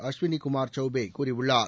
அஸ்வினிகுமார் சௌபே கூறியுள்ளார்